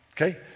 Okay